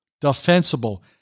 Defensible